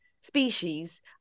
species